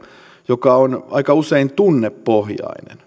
joka on tunnepohjainen